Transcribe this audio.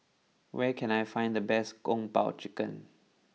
where can I find the best Kung Po Chicken